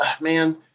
man